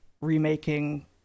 remaking